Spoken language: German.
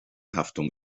haftung